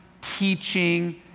teaching